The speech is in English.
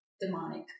demonic